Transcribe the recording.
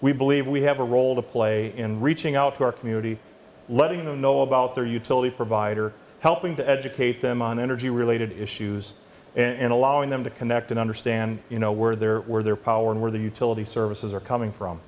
we believe we have a role to play in reaching out to our community letting them know about their utility provider helping to educate them on energy related issues and allowing them to connect and understand you know where they're where their power and where the utility services are coming from